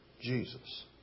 Jesus